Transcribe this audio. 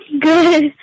Good